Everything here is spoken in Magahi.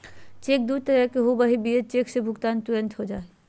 चेक दू तरह के होबो हइ, बियरर चेक से भुगतान तुरंत हो जा हइ